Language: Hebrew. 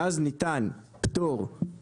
ואז ניתן צו,